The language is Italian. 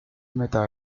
metà